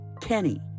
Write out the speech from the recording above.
Kenny